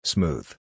Smooth